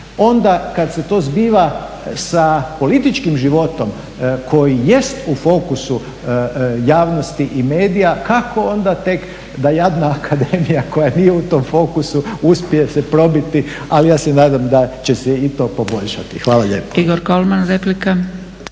Onda kada se to zbiva sa političkim životom koji jest u fokusu javnosti i medija kako onda tek da jadna akademija koja nije u tom fokusu uspije se probiti, ali ja se nadam da će se i to poboljšati. Hvala lijepa.